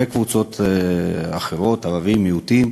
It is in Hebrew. וקבוצות אחרות, ערבים, מיעוטים,